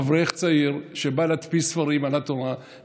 אברך צעיר שבא להדפיס ספרים על התורה,